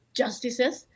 justices